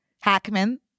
Hackman